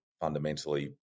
fundamentally